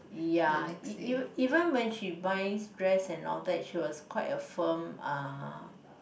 ya e~ even when she buys dress and all that she was quite a firm uh